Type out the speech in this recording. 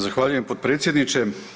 Zahvaljujem potpredsjedniče.